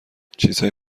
چیزهای